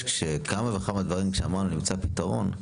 שכמה וכמה דברים כשאמרנו נמצא פתרון,